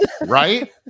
Right